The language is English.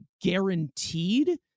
guaranteed